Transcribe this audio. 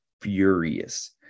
furious